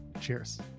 Cheers